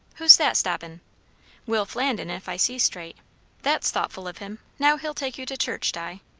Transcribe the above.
who's that stoppin' will flandin, if i see straight that's thoughtful of him now he'll take you to church, di.